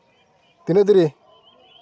ᱛᱤᱱᱟᱹᱜ ᱫᱮᱨᱤ